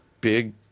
big